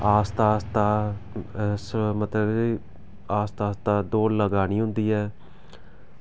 आस्ता आस्ता मतलब की आस्ता आस्ता दौड़ लगानी होंदी ऐ